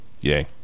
yay